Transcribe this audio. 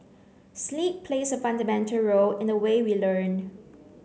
sleep plays a fundamental role in the way we learn